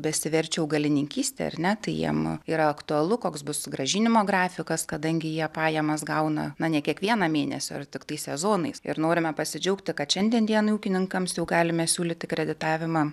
besiverčia augalininkyste ar ne tai jiem yra aktualu koks bus grąžinimo grafikas kadangi jie pajamas gauna na ne kiekvieną mėnesį ar tiktai sezonais ir norime pasidžiaugti kad šiandien dienai ūkininkams jau galime siūlyti kreditavimą